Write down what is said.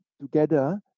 together